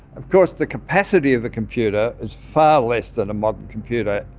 of course the capacity of a computer is far less than a modern computer.